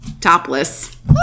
topless